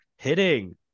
hitting